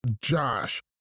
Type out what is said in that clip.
Josh